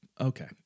Okay